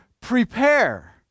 prepare